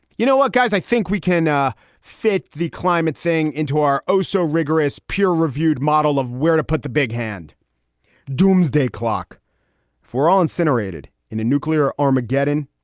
you know what, guys? i think we can ah fit the climate thing into our oh, so rigorous peer reviewed model of where to put the big hand doomsday clock for all incinerated in a nuclear armageddon.